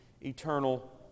eternal